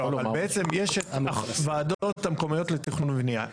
בעצם יש את הוועדות המקומיות לתכנון ובנייה.